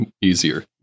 easier